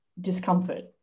discomfort